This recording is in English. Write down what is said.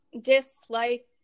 dislike